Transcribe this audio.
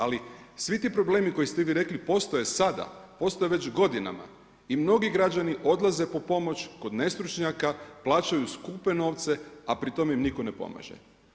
Ali, svi ti problemi koji ste vi rekli, postoje sada, postoje već godinama i mnogi građani odlaze po pomoć, kod nestručnjaka, plaćaju skupe novce, a pri tome im nitko ne pomaže.